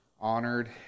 honored